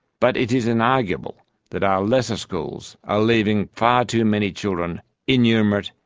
but it is inarguable that our lesser schools are leaving far too many children innumerate,